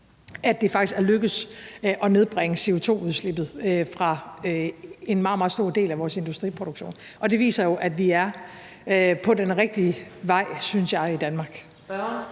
at det faktisk er lykkedes at nedbringe CO2-udslippet fra en meget, meget stor del af vores industriproduktion, og det viser jo, at vi er på den rigtige vej i Danmark,